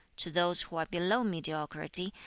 to those who are below mediocrity,